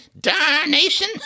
darnation